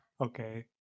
Okay